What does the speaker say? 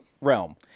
realm